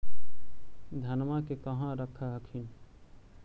धनमा के कहा रख हखिन?